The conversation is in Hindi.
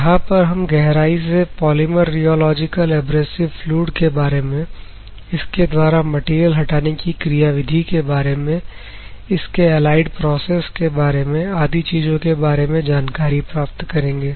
जहां पर हम गहराई से पॉलीमर रियोलॉजिकल एब्रेसिव फ्लूइड के बारे में इसके द्वारा मटेरियल हटाने की क्रिया विधि के बारे में इसके अलाइड प्रोसेस के बारे में आदि चीजों के बारे में जानकारी प्राप्त करेंगे